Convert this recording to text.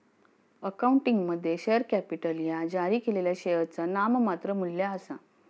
अकाउंटिंगमध्ये, share capital ह्या जारी केलेल्या शेअरचा नाममात्र मू्ल्य आसा